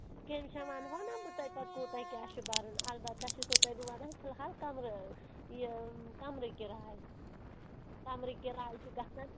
commission وَنہو نہ بہٕ تۄہہِ پَتہٕ کوٗتاہ کیٛاہ چھُ بَرُن اَلبتہ چھُسو تۄہہِ بہٕ وَنان فِلحال کَمرٕ یہِ کَمرٕ کراے کَمرٕ کراے چھِ گژھان